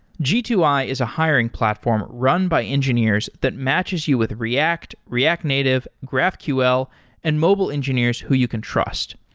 g two i is a hiring platform run by engineers that matches you with react, react native, graphql and mobile engineers who you can trust.